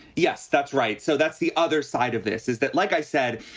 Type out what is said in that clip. yes, that's right. so that's the other side of this is that, like i said,